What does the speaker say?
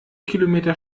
kilometer